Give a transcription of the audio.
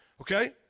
Okay